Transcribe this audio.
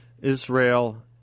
Israel